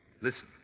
Listen